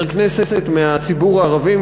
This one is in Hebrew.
חבר כנסת מהציבור הערבי,